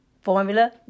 Formula